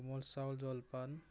কোমল চাউল জলপান